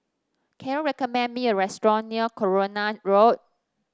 can you recommend me a restaurant near Coronation Road